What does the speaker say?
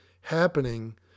happening